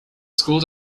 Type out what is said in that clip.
schools